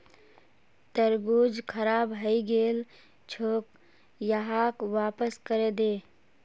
तरबूज खराब हइ गेल छोक, यहाक वापस करे दे